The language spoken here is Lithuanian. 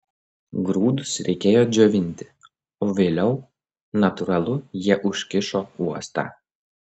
grūdus reikėjo džiovinti o vėliau natūralu jie užkišo uostą